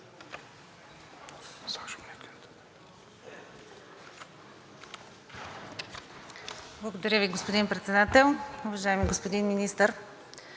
Благодаря Ви, господин Председател. Уважаеми господин Министър,